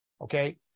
Okay